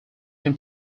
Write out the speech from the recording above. can